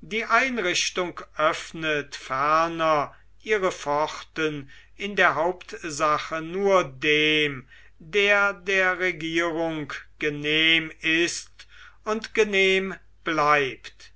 die einrichtung öffnet ferner ihre pforten in der hauptsache nur dem der der regierung genehm ist und genehm bleibt